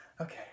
Okay